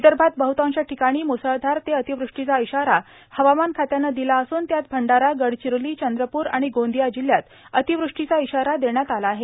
विदर्भात बहतांश ठिकाणी म्सळधार ते अतिवृष्टीचा इशारा हवामान खात्यानं दिला असून त्यात भंडारा गडचिरोली चंद्रपूर आणि गोंदिया जिल्ह्यात अतिवृष्टीचा इशारा देण्यात आला आहे